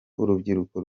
urubyiruko